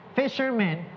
fishermen